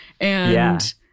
And-